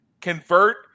convert